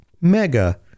Mega